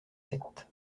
sept